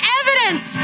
evidence